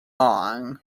long